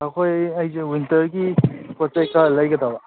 ꯑꯩꯈꯣꯏ ꯑꯩꯁꯨ ꯋꯤꯟꯇꯔꯒꯤ ꯄꯣꯠ ꯆꯩ ꯈꯔ ꯂꯩꯒꯗꯕ